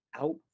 out